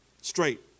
straight